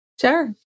Sure